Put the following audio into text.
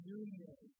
union